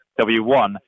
W1